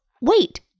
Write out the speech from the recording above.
wait